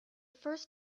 first